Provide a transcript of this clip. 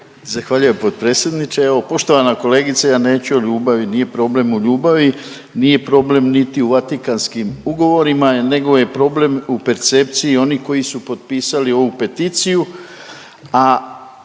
Zahvaljujem potpredsjedniče. Evo poštovana kolegice, ja neću o ljubavi, nije problem u ljubavi, nije problem niti u Vatikanskim ugovorima, nego je problem u percepciji onih koji su potpisali ovu peticiju,